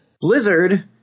Blizzard